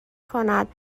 کند